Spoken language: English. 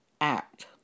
act